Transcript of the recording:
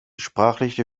sprachliche